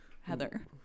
Heather